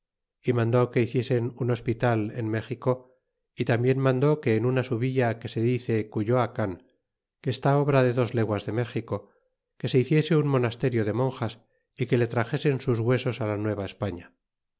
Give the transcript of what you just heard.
su conciencia y mandó que hiciesen un hospital en méxico y tambien mandó que en una su villa que se dice cuyoacan que está obra de dos leguas de méxico que se hiciese un monasterio de monjas y que le traxesen sus huesos la